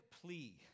plea